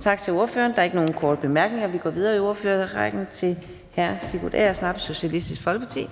Tak til ordføreren. Der er ikke nogen korte bemærkninger. Vi går videre i ordførerrækken til hr. Sigurd Agersnap, Socialistisk Folkeparti.